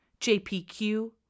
JPQ